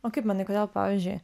o kaip manai kodėl pavyzdžiui